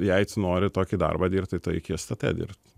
jei tu nori tokį darbą dirbt tai tu eik į stt dirbt